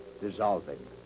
dissolving